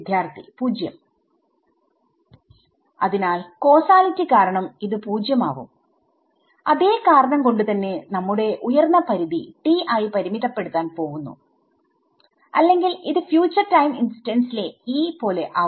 വിദ്യാർത്ഥി 0 അതിനാൽ കോസാലിറ്റികാരണം ഇത് 0 ആവും അതേ കാരണം കൊണ്ട് തന്നെ നമ്മുടെ ഉയർന്ന പരിധി t ആയി പരിമിതപ്പെടുത്താൻ പോവുന്നു അല്ലെങ്കിൽ ഇത് ഫ്യൂച്ചർ ടൈം ഇൻസ്റ്റൻസിലെ E പോലെ ആവും